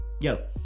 Yo